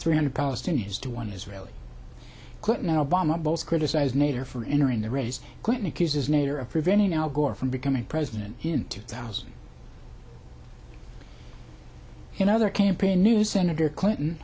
three hundred palestinians to one israeli clinton obama both criticize nader for entering the race clinton accuses nader of preventing al gore from becoming president in two thousand in other campaign news senator clinton